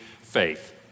faith